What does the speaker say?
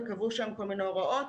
וקבעו שם כל מיני הוראות,